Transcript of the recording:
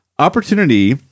Opportunity